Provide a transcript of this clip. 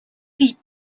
pit